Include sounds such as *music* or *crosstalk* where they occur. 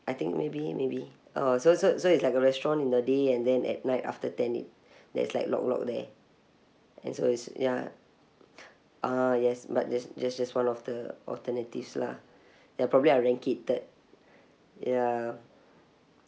I think maybe maybe uh so so so it's like a restaurant in the day and then at night after ten it *breath* there's like lok lok there and so it's ya ah yes but this just just one of the alternatives lah ya probably I'll rank it third ya